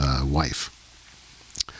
wife